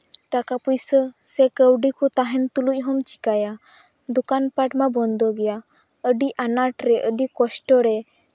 ᱴᱟᱠᱟ ᱯᱩᱭᱥᱟᱹ ᱥᱮ ᱠᱟᱹᱣᱰᱤ ᱠᱚ ᱛᱟᱦᱮᱱ ᱛᱩᱞᱩᱡ ᱦᱚᱢ ᱪᱤᱠᱟᱭᱟ ᱫᱚᱠᱟᱱ ᱯᱟᱴ ᱢᱟ ᱵᱚᱱᱫᱚ ᱜᱮᱭᱟ ᱟᱹᱰᱤ ᱟᱱᱟᱴ ᱨᱮ ᱟᱹᱰᱤ ᱠᱚᱥᱴᱚ ᱨᱮ